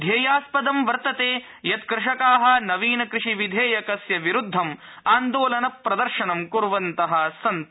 ध्येयास्पदं वर्तते यत् कृषका नवीन कृषि नियमानां विरुद्ध आन्दोलनप्रदर्शनं कुर्बन्तः सन्ति